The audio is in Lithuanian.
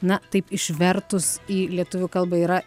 na taip išvertus į lietuvių kalbą yra